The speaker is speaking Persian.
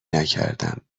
نکردم